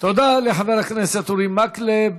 תודה לחבר הכנסת אורי מקלב.